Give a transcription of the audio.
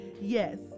Yes